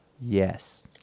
Yes